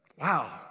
Wow